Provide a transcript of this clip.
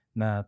na